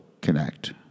connect